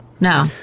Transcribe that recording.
no